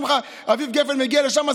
אומרים לך: אביב גפן מגיע לשם,